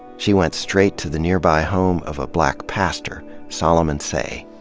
she went straight to the nearby home of a black pastor, solomon seay.